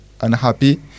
unhappy